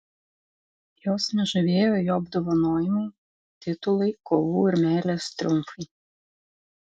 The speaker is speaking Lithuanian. jos nežavėjo jo apdovanojimai titulai kovų ir meilės triumfai